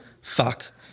fuck